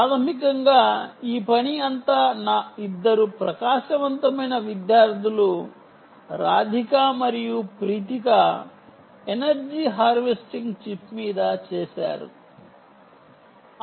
ప్రాథమికంగా ఈ పని అంతా నా ఇద్దరు ప్రకాశవంతమైన విద్యార్ధులు రాధిక మరియు ప్రీతిక energy హార్వెస్టింగ్ చిప్ మీద చేశారు